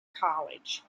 college